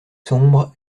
sombres